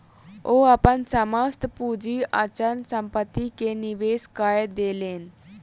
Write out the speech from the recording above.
ओ अपन समस्त पूंजी अचल संपत्ति में निवेश कय देलैन